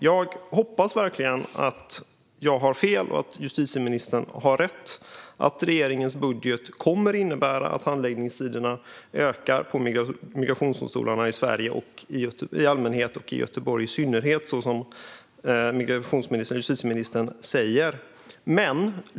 Jag hoppas verkligen att jag har fel och justitieministern har rätt om att regeringens budget kommer att innebära en minskning av handläggningstiderna vid migrationsdomstolarna i Sverige i allmänhet och i Göteborg i synnerhet, så som ministern säger.